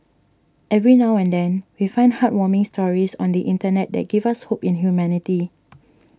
every now and then we find heartwarming stories on the internet that give us hope in humanity